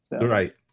Right